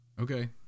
Okay